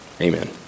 amen